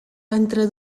entre